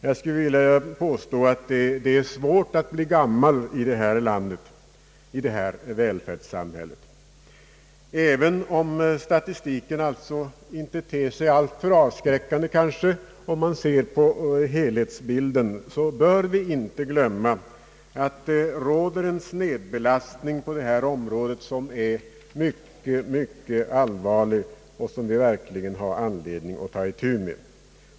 Jag vill påstå att det är svårt att bli gammal i detta välfärdssamhälle. Även om statistiken kanske inte ter sig alltför avskräckande om man ser på helhetsbilden, bör vi inte glömma att det råder en snedbelastning på detta område, som är mycket allvarlig och som vi verkligen har anledning att ta itu med.